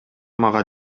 мага